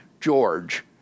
George